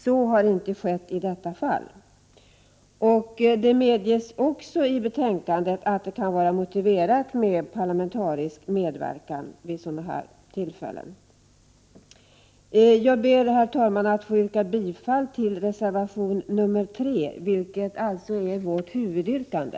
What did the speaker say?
Så har inte skett i detta fall.” Det medges i betänkandet också att det kan vara motiverat med parlamentarisk medverkan. Jag ber, herr talman, att få yrka bifall till reservation nr 3, vilket är vårt huvudyrkande.